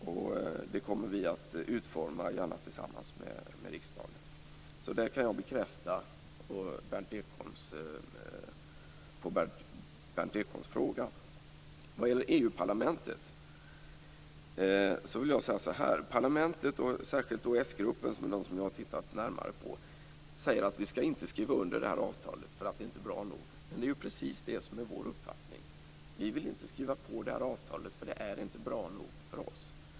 Vi kommer gärna att utforma detta tillsammans med riksdagen. Det kan jag bekräfta på Berndt Ekholms fråga. Vad gäller EU-parlamentet vill jag säga att parlamentet och särskilt s-gruppen, som jag har tittat närmare på, säger att vi inte skall skriva under det här avtalet, eftersom det inte är bra nog. Det är precis vår uppfattning. Vi vill inte skriva under detta avtal, eftersom det inte är bra nog för oss.